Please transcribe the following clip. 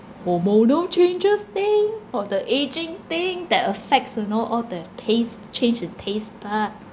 hormonal changes thing or the aging thing that affects you know all the tastes change in taste bud